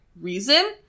reason